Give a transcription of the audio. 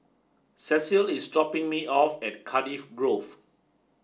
Cecile is dropping me off at Cardiff Grove